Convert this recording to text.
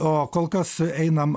o kol kas einam